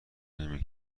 نمی